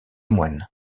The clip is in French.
moines